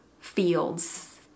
fields